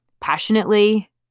passionately